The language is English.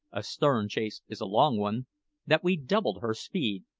a stern chase is a long one that we doubled her speed,